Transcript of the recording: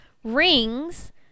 Rings